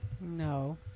No